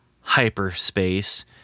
hyperspace